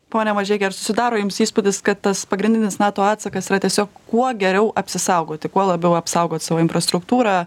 pone mažeiki ar susidaro jums įspūdis kad tas pagrindinis nato atsakas yra tiesiog kuo geriau apsisaugoti kuo labiau apsaugot savo infrastruktūrą